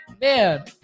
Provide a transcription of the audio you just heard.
Man